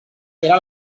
era